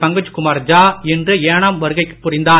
பங்கஜ்குமார் ஜா இன்று ஏனாம் வருகைப் புரிந்தார்